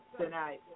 tonight